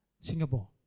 Singapore